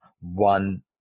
one